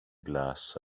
glass